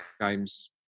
games